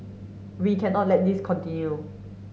we cannot let this continue